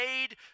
made